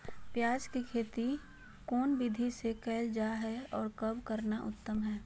प्याज के खेती कौन विधि से कैल जा है, और कब करना उत्तम है?